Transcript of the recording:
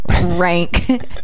rank